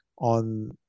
on